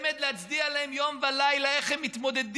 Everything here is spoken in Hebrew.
באמת להצדיע להם יום ולילה איך הם מתמודדים.